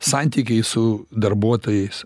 santykiai su darbuotojais